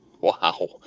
wow